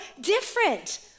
different